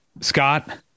Scott